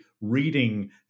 reading